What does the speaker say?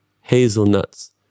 hazelnuts